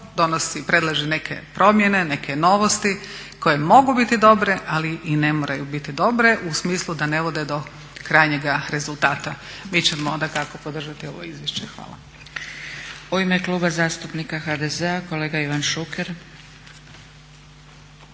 novo, predlaže neke promjene, neke novosti koje mogu biti dobre, ali i ne moraju biti dobre u smislu da ne vode do krajnjega rezultata. Mi ćemo dakako podržati ovo izvješće. Hvala.